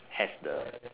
has the